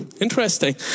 interesting